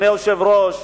אדוני היושב-ראש,